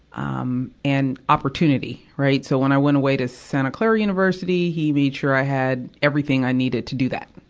um, and opportunity, right? so when i went away to santa clara university, he made sure i had everything i needed to do that.